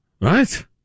Right